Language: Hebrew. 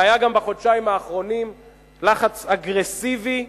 והיה גם בחודשיים האחרונים לחץ אגרסיבי,